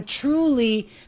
truly